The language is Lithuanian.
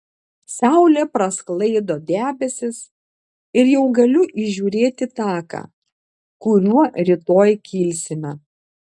saulė prasklaido debesis ir jau galiu įžiūrėti taką kuriuo rytoj kilsime